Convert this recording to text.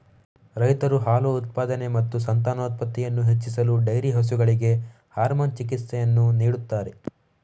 ರೈತರು ಹಾಲು ಉತ್ಪಾದನೆ ಮತ್ತು ಸಂತಾನೋತ್ಪತ್ತಿಯನ್ನು ಹೆಚ್ಚಿಸಲು ಡೈರಿ ಹಸುಗಳಿಗೆ ಹಾರ್ಮೋನ್ ಚಿಕಿತ್ಸೆಯನ್ನು ನೀಡುತ್ತಾರೆ